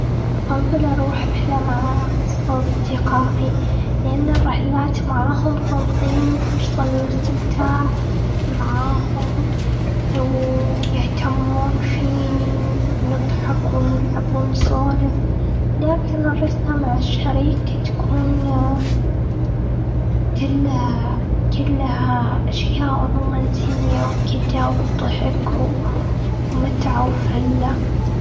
أفضل أروح رحله مع أص- أصدقائي. لإن الرحلات معاهم تنطيني فرصه للإستمتاع معاهم، ويهتمون فيني، ونضحك، ونلعب، ونسولف. لكن الرحله مع الشريك تكون كلها كلها أشياء رومانسيه وكدا وضحك ومتعه وفله.